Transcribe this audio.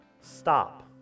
Stop